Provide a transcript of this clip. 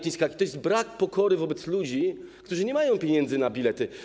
To jest brak pokory wobec ludzi, którzy nie mają pieniędzy na bilety.